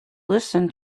listen